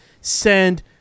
send